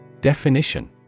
Definition